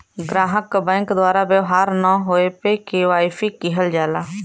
ग्राहक क बैंक द्वारा व्यवहार न होये पे के.वाई.सी किहल जाला